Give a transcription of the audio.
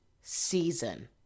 season